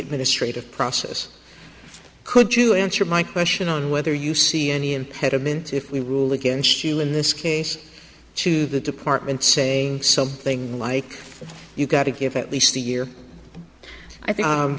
the ministry of process could you answer my question on whether you see any impediment if we rule against you in this case to the department saying something like you've got to give at least a year